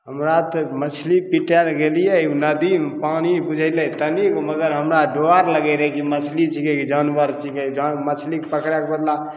हमरा तऽ मछली पीटय लए गेलियै नदीमे पानि बुझेलय तनीगो मगर हमरा डर लागय रहय कि मछली छिकै की जानवर छिकै जहन मछली पकड़के बदला